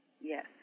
Yes